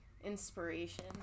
inspiration